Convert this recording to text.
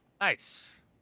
Nice